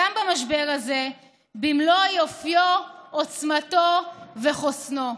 גם במשבר הזה, במלוא יופיו, עוצמתו וחוסנו.